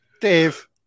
Dave